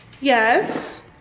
Yes